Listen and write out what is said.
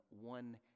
one